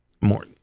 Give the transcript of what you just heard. more